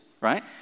right